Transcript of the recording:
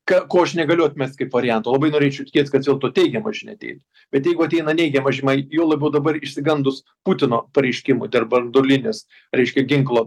ką ko aš negaliu atmest kaip varianto labai norėčiau tikėtis kad vis dėlto teigiama žinia ateitų bet jeigu ateina neigiama žyma juo labiau dabar išsigandus putino pareiškimų dėl branduolinės reiškia ginklo